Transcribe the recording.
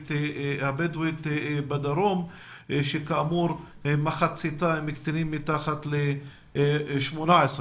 הערבית הבדואית בדרום שכאמור מחציתה הם קטינים מתחת ל-18.